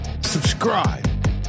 subscribe